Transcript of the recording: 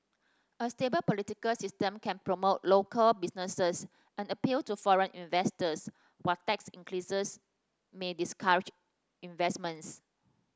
a stable political system can promote local businesses and appeal to foreign investors while tax increases may discourage investments